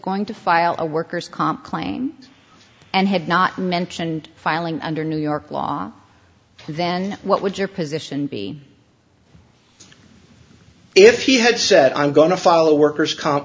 going to file a worker's comp claim and had not mentioned filing under new york law then what would your position be if he had said i'm going to file a worker's comp